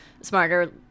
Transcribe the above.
smarter